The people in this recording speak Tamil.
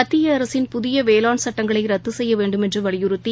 மத்தியஅரசின் புதியவேளாண் சட்டங்களைரத்துசெய்யவேண்டுமென்றுவலியுறுத்தி